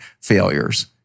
failures